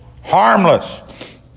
Harmless